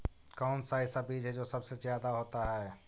कौन सा ऐसा बीज है जो सबसे ज्यादा होता है?